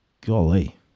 Golly